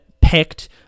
picked